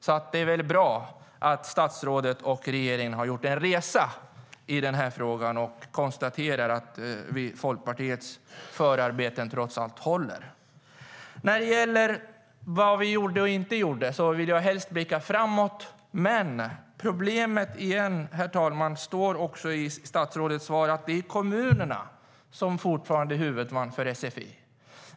När det gäller vad vi gjorde och inte gjorde vill jag helst blicka framåt. Men problemet är, vilket framgår av statsrådets svar, att det är kommunerna som fortfarande är huvudmän för sfi.